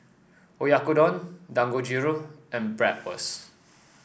Oyakodon Dangojiru and Bratwurst